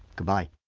goodbye